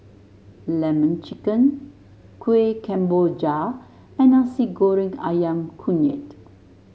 lemon chicken Kueh Kemboja and Nasi Goreng ayam kunyit